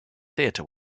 theatre